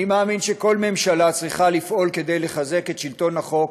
אני מאמין שכל ממשלה צריכה לפעול כדי לחזק את שלטון החוק